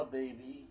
baby